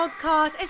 podcast